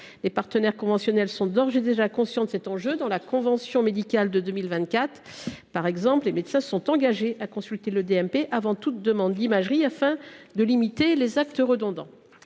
Les partenaires conventionnels sont d’ores et déjà sensibilisés à cet enjeu dans le cadre de la convention médicale de 2024. Par exemple, les médecins se sont engagés à consulter le DMP avant toute demande d’imagerie, afin de limiter les actes redondants.